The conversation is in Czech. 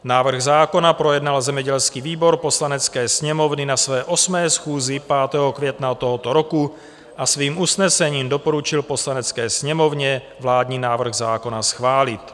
Návrh zákona projednal zemědělský výbor Poslanecké sněmovny na své 8. schůzi 5. května tohoto roku a svým usnesením doporučil Poslanecké sněmovně vládní návrh zákona schválit.